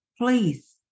Please